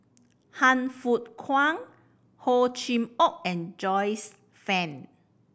Han Fook Kwang Hor Chim Or and Joyce Fan